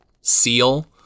seal